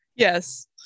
Yes